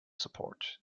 support